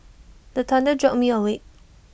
the thunder jolt me awake